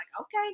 okay